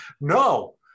no